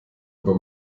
über